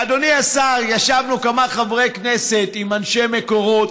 אדוני השר, ישבנו כמה חברי כנסת עם אנשי מקורות.